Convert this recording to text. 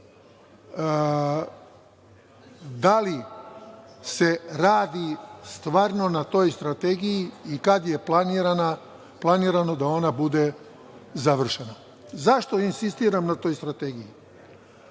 da li se radi stvarno na toj strategiji i kada je planirano da ona bude završena? Zašto insistiram na toj strategiji?